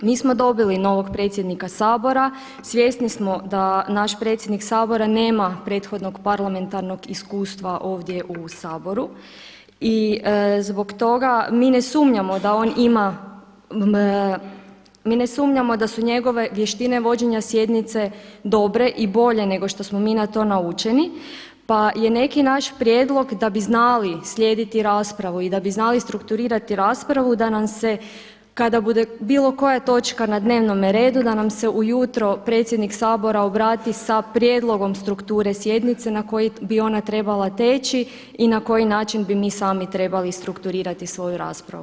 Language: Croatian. Mi smo dobili novog predsjednika Sabora, svjesni smo da naš predsjednik Sabora nema prethodnog parlamentarnog iskustva ovdje u Saboru i zbog toga mi ne sumnjamo da on ima, mi ne sumnjamo da su njegove vještine vođenja sjednice dobre i bolje nego što smo mi na to naučeni pa je neki naš prijedlog da bi znali slijediti raspravu i da bi znali strukturirati raspravu da nam se kada bude bilo koja točka na dnevnome redu da nam se ujutro predsjednik Sabora obrati sa prijedlogom strukture sjednice na koji bi ona trebala teći i na koji način bi mi sami trebali strukturirati svoju raspravu.